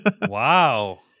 Wow